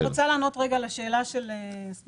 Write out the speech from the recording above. אני רוצה לענות רגע על השאלה של סמוטריץ'.